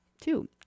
Two